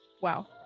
wow